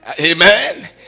Amen